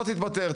לא תתפטר,